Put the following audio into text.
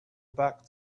back